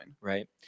right